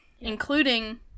including